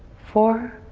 four,